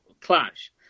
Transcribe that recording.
clash